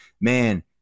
Man